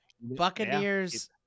buccaneers